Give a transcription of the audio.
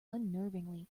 unnervingly